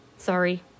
Sorry